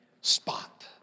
spot